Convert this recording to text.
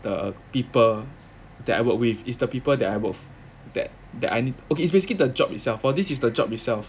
the people that I work with is the people that I work for that that I need okay it's basically the job itself for this is the job itself